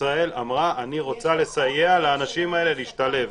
ישראל אמרה שהיא רוצה לסייע לאנשים האלה להשתלב.